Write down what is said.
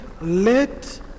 let